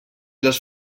les